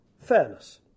fairness